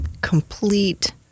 complete